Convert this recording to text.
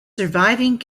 surviving